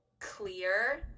clear